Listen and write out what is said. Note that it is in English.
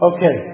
Okay